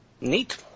Neat